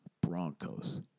Broncos